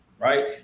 right